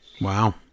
Wow